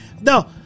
No